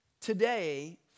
today